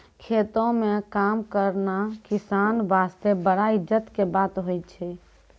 खेतों म काम करना किसान वास्तॅ बड़ा इज्जत के बात होय छै